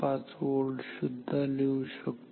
5 volt सुद्धा लिहू शकतो